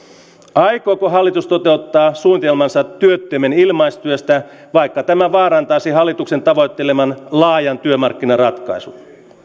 aikooko hallitus toteuttaa suunnitelmansa työttömien ilmaistyöstä vaikka tämä vaarantaisi hallituksen tavoitteleman laajan työmarkkinaratkaisun